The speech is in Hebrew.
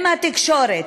בתקשורת,